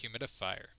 humidifier